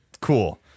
cool